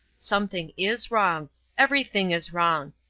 something is wrong everything is wrong.